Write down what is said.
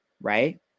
right